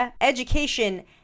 education